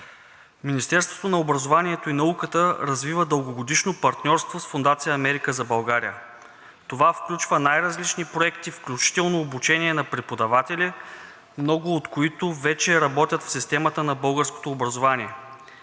Министерството на образованието и науката развива дългогодишно партньорство с Фондация „Америка за България“. Това включва най-различни проекти, включително обучение на преподаватели, много от които вече работят в системата на българското образование.